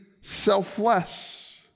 selfless